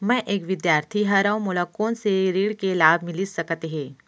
मैं एक विद्यार्थी हरव, मोला कोन से ऋण के लाभ मिलिस सकत हे?